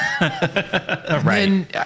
Right